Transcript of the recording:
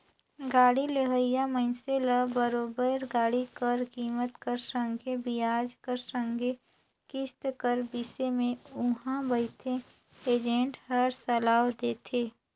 गाड़ी लेहोइया मइनसे ल बरोबेर गाड़ी कर कीमेत कर संघे बियाज कर संघे किस्त कर बिसे में उहां बइथे एजेंट हर सलाव देथे